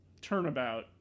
Turnabout